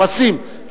פרסים,